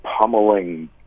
pummeling